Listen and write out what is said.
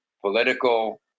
political